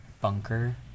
bunker